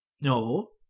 No